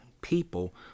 people